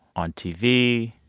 on tv.